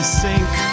sink